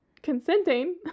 consenting